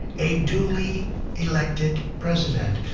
a duly elected president.